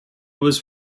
was